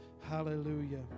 Hallelujah